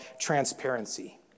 transparency